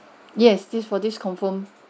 yes this for this confirmed